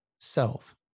self